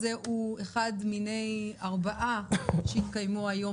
הדיון הזה הוא אחד מיני ארבעה שהתקיימו היום